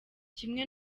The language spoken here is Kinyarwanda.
kimwe